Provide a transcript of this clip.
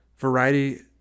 Variety